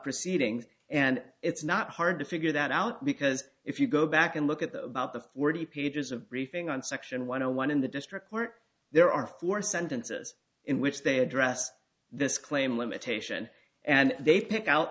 proceedings and it's not hard to figure that out because if you go back and look at the about the forty pages of briefing on section one hundred one in the district court there are four sentences in which they address this claim limitation and they pick out